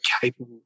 capable